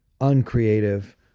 uncreative